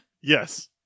Yes